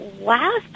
Last